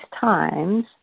times